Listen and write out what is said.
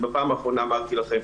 בפעם האחרונה אמרתי לכם,